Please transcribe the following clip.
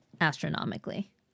astronomically